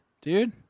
dude